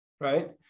right